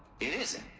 it isn't